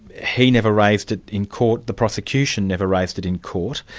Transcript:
he never raised it in court, the prosecution never raised it in court.